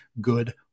good